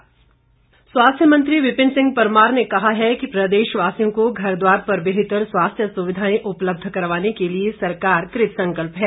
विपिन परमार स्वास्थ्य मंत्री विपिन सिंह परमार ने कहा है कि प्रदेश वासियों को घर द्वार पर बेहतर स्वास्थ्य सुविधाएं उपलब्ध करवाने के लिए सरकार कृतसंकल्प है